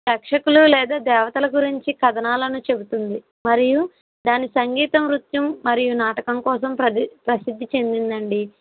యక్షకులు లేదా దేవతల గురించి కథనాలను చెబుతుంది మరియు దాని సంగీతం నృత్యం మరియు నాటకం కోసం ప్రసిద్ధి చెందిందండి